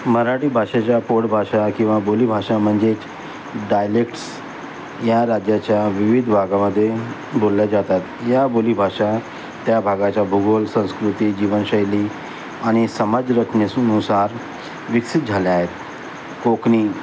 मराठी भाषेच्या पोट भाषा किंवा बोलीभाषा म्हणजेच डायलेक्टस या राज्याच्या विविध भागामध्ये बोलल्या जातात या बोली भााषा त्या भागाच्या भूगोल संस्कृती जीवनशैली आणि समाज रचनेनुसार विकसित झाल्या आहेत कोकणी